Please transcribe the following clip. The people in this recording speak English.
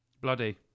bloody